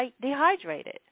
dehydrated